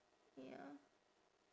ya